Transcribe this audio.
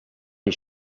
les